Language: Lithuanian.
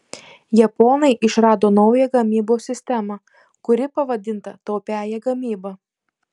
japonai išrado naują gamybos sistemą kuri pavadinta taupiąja gamyba